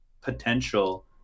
potential